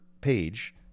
page